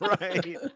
Right